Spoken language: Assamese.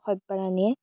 সব্য়া ৰাণীয়ে